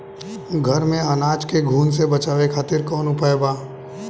घर में अनाज के घुन से बचावे खातिर कवन उपाय बा?